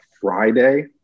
Friday